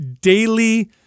daily